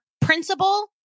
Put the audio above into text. principal